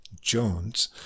Jones